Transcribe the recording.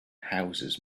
houses